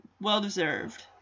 Well-deserved